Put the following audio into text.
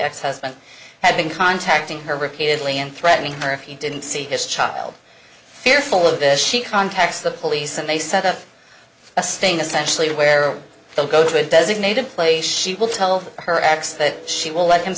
ex husband had been contacting her repeatedly and threatening her if he didn't see his child fearful of this she contacts the police and they set up a sting essentially where they'll go to a designated place she will tell her x that she will let him